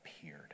appeared